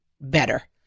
better